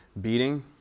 beating